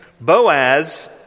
Boaz